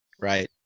right